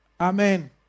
amen